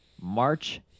March